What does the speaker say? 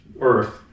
earth